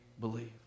believe